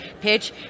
pitch